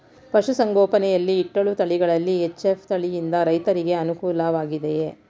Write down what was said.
ಪಶು ಸಂಗೋಪನೆ ಯಲ್ಲಿ ಇಟ್ಟಳು ತಳಿಗಳಲ್ಲಿ ಎಚ್.ಎಫ್ ತಳಿ ಯಿಂದ ರೈತರಿಗೆ ಅನುಕೂಲ ವಾಗಿದೆಯೇ?